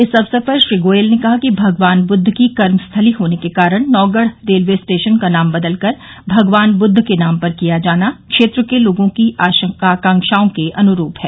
इस अवसर पर श्री गोयल ने कहा कि भगवान बुद्ध की कर्मस्थली होने के कारण नौगढ़ रेलवे स्टेशन का नाम बदल कर भगवान बुद्ध के नाम पर किया जाना क्षेत्र के लोगों की आकाक्षाओं के अनुरूप है